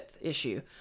issue